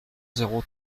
zéro